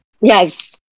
Yes